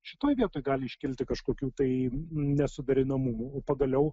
šitoj vietoj gali iškilti kažkokių tai nesuderinamumų pagaliau